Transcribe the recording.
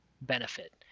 benefit